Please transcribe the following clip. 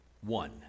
one